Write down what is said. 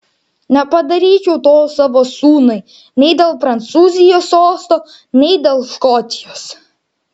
nepadaryčiau to savo sūnui nei dėl prancūzijos sosto nei dėl škotijos